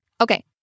Okay